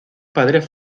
padres